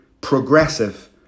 progressive